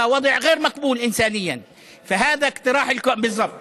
זה מצב שאין לקבלו מבחינה הומניטרית.